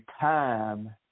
time